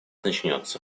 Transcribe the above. начнется